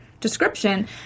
description